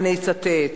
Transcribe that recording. ואני אצטט.